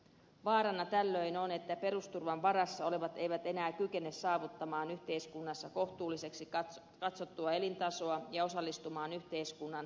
vaarana tällöin on että perusturvan varassa olevat eivät enää kykene saavuttamaan yhteiskunnassa kohtuulliseksi katsottua elintasoa ja osallistumaan yhteiskunnan toimintaan